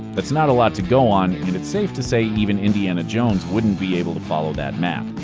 that's not a lot to go on, and it's safe to say even indiana jones wouldn't be able to follow that map.